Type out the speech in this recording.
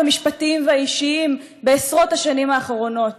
המשפטים והאישיים בעשרות השנים האחרונות,